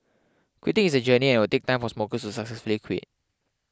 quitting is a journey and it will take time for smokers to successfully quit